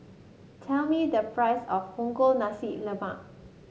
tell me the price of Punggol Nasi Lemak